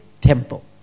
temple